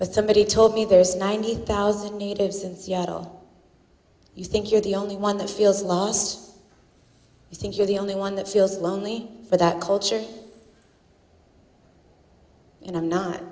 but somebody told me there's ninety thousand natives in seattle you think you're the only one that feels lost you think you're the only one that feels lonely for that culture and i'm not